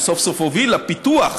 שסוף-סוף הוביל לפיתוח